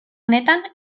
honetan